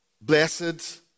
blessed